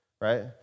right